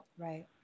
right